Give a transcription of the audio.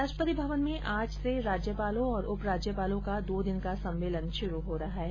राष्ट्रपति भवन में आज से राज्यपालों और उप राज्यपालों का दो दिन का सम्मेलन शुरू हो रहा है